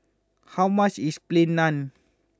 how much is Plain Naan